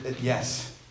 yes